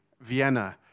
Vienna